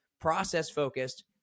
process-focused